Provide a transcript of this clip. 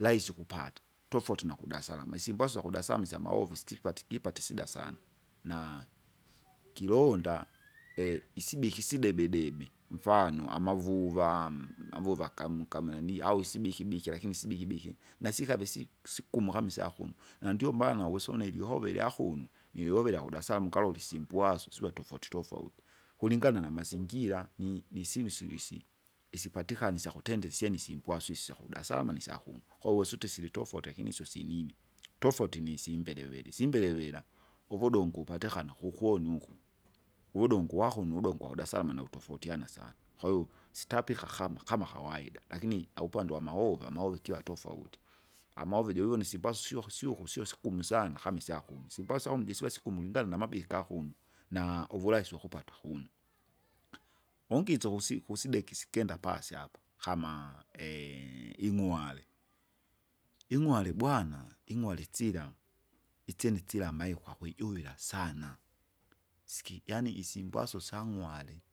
rahisi ukupata, tofauti nakudasalama, isimbaso syakudasalama slamahovu stipata ikipata isida sana, na, kilonda! isibiki sidebe debi, mfano amavuva, mavuva kamu- kamlani au isibikibikwe lakini sibikibiki, Nasikave si- sikumwa kama isyakuno, na ndiomaana uwisa une lihove lyakuno, nilove ilyakudasalama ungalole isimbwasu siva tofauti tofauti, kulingana namazingira, ni- nisyinu singisi, isipatikana isyakutendere isyene isimbwasu isyo syakudasalama nisyaku, kuvosuti silitofauti lakini isyo sinini. Tofauti nisimbelevele, simbelevera, uvudongo upatikana kukoni uko, uvudongu uwakuno uvudongo wakudasalama nawutofautiana sana. Kwahiyo, sitapika kama kama kawaida, lakini aupande wamahova maova ukiwa ukiwa tofauti, amaova juvivone simbwasu syuku syuku syosigumu sana kama isyakuno, simbwaka syakumje siva sigumu ingali namabika kunu. Naa uvurahisi wakupata kuno. Ungisa ukusi- ukusideki sikenda pasi apa, kama ing'wale, ing'wale bwana, ing'wale tsila, itsyene tsila amaiko kwakwijuwila sana, ski yaani isimbwaso syang'wale.